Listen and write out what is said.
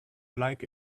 like